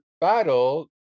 battle